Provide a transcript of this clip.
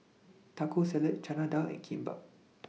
Taco Salad Chana Dal and Kimbap